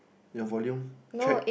your volume check